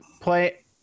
play